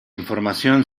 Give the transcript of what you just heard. información